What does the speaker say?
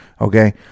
Okay